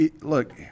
look